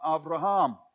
Abraham